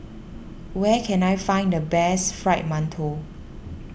where can I find the best Fried Mantou